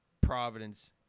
Providence